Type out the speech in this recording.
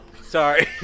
Sorry